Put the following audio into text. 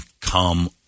come